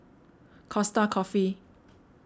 Costa Coffee